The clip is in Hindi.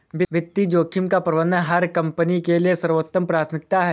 वित्तीय जोखिम का प्रबंधन हर कंपनी के लिए सर्वोच्च प्राथमिकता है